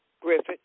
Griffith